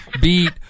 Beat